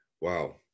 wow